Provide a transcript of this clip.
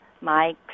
Mike